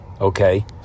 Okay